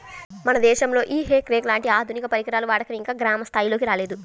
మన దేశంలో ఈ హే రేక్ లాంటి ఆధునిక పరికరాల వాడకం ఇంకా గ్రామ స్థాయిల్లోకి రాలేదు